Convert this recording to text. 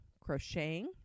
crocheting